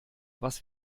was